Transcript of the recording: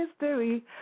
history